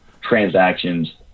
transactions